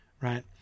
right